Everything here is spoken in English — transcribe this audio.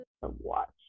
watch